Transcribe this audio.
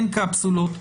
אין קפסולות.